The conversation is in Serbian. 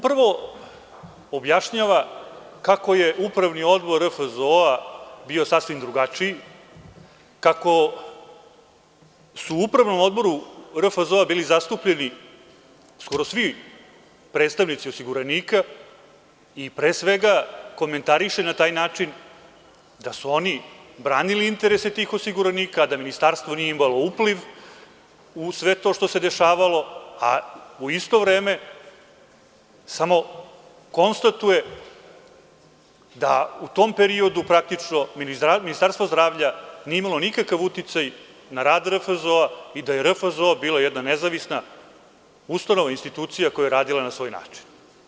Prvo, on objašnjava kako je upravni odbor RFZO-a bio sasvim drugačiji, kako su u upravnom odboru RFZO-a bili zastupljeni skoro svi predstavnici osiguranika i komentariše na taj način da su oni branili interese tih osiguranika a da ministarstvo nije imalo upliv u sve to što se dešavalo, a u isto vreme samo konstatuje da u tom periodu praktično Ministarstvo zdravlja nije imalo nikakav uticaj na rad RFZO-a i da je RFZO bila jedna nezavisna ustanova, institucija, koja je radila na svoj način.